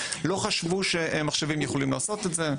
המלאכותית, לא חשבו שמחשבים יכולים לעשות את זה.